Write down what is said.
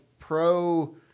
pro